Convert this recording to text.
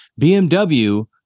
BMW